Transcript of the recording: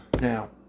now